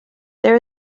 there